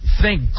thank